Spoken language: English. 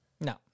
No